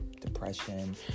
depression